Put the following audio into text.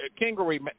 Kingery